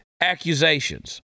accusations